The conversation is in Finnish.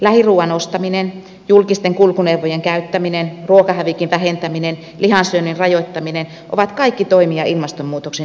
lähiruuan ostaminen julkisten kulkuneuvojen käyttäminen ruokahävikin vähentäminen ja lihansyönnin rajoittaminen ovat kaikki toimia ilmastonmuutoksen hidastamiseksi